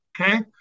Okay